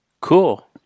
Cool